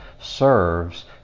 serves